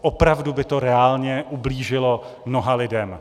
Opravdu by to reálně ublížilo mnoha lidem.